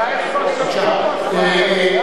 עלייך כבר שפכו כוס מים.